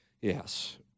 Yes